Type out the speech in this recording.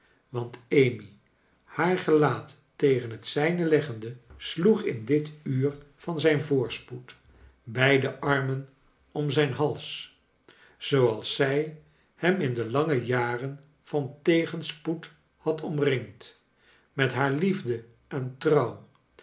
want amy haar gelaat tegen het zijne leggende sloeg in dit uur van zijn voorspoed beide armen om zijn hals zooals zij hem in de lange jaren van tegenspoed had omringd met haar liefde n trouw